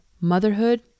Motherhood